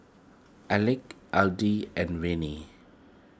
Alec and Viney